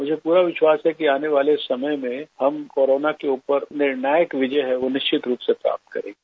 मुझे पूरा विश्वारस है कि आने वाले समय में हम कोरोना के उपर निर्णायक विजय है वो निश्चित रूप से प्राप्त करेंगे